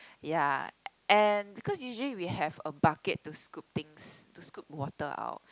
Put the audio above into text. ya and because usually we have a bucket to scoop things to scoop water out